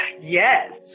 yes